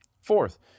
Fourth